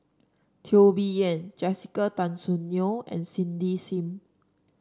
Teo Bee Yen Jessica Tan Soon Neo and Cindy Sim